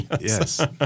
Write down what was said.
Yes